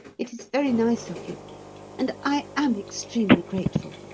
it is very nice of you and i am extremely grateful.